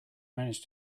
managed